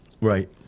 right